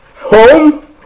home